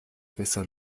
besser